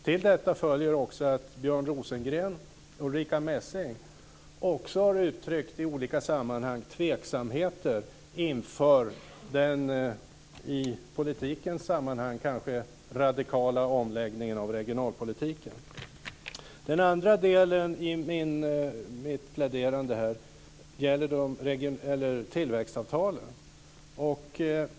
Till detta kommer att Björn Rosengren och Ulrica Messing i olika sammanhang har uttryckt tveksamheter inför den i politikens sammanhang kanske radikala omläggningen av regionalpolitiken. Den andra delen i mitt pläderande här gäller tillväxtavtalen.